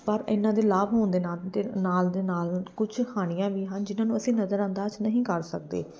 ਪਰ ਇਹਨਾਂ ਦੇ ਲਾਭ ਹੋਣ ਦੇ ਨਾਲ ਦੇ ਨਾਲ ਕੁਛ ਹਾਨੀਆਂ ਵੀ ਹਨ ਜਿਹਨਾਂ ਨੂੰ ਅਸੀਂ ਨਜ਼ਰ ਅੰਦਾਜ਼ ਨਹੀਂ ਕਰ ਸਕਦੇ